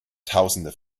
tausende